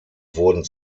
wurden